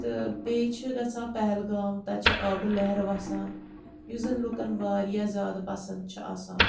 تہٕ بیٚیہِ چھِ گَژھان پہلگام تَتہِ چھِ آبہٕ لہر وَسان یُس زَن لُکَن واریاہ زیادٕ پَسَنٛد چھِ آسان